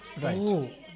Right